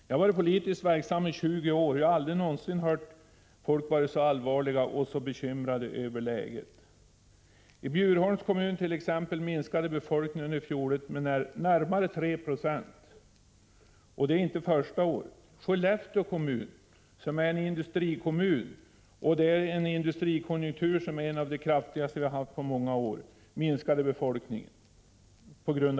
Jag har varit politiskt verksam i 20 år, och jag har aldrig någonsin tidigare erfarit att människorna varit så allvarliga och bekymrade över läget. I t.ex. Bjurholms kommun minskade befolkningen i fjol med nära 3 90, och det är inte första året. I Skellefteå kommun, som är en industrikommun, minskade befolkningen på grund av utflyttning och det i en industrikonjunk — Prot. 1985/86:104 tur som är en av de kraftigaste vi haft på många år.